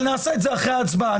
נעשה זאת אחרי ההצבעה.